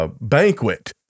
banquet